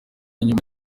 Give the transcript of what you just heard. nyuma